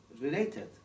related